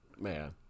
Man